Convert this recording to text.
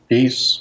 Peace